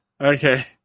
Okay